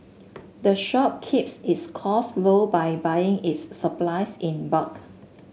the shop keeps its costs low by buying its supplies in bulk